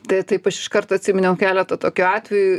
tai taip aš iš karto atsiminiau keletą tokių atvejų